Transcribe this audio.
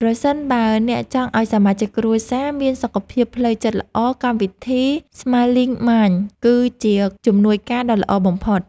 ប្រសិនបើអ្នកចង់ឱ្យសមាជិកគ្រួសារមានសុខភាពផ្លូវចិត្តល្អកម្មវិធី ស្ម៉ាយលីង ម៉ាញ (Smiling Mind) គឺជាជំនួយការដ៏ល្អបំផុត។